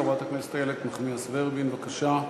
חברת הכנסת איילת נחמיאס ורבין, בבקשה.